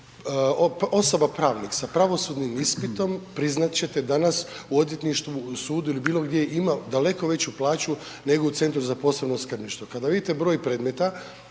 Osoba pravnik sa pravosudnim ispitom priznat ćete danas, u odvjetništvu, u sudu ili bilo gdje ima daleko veću plaću nego u Centru za posebno skrbništvo. Kada vidite broj predmeta